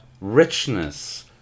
richness